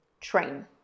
Train